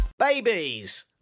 Babies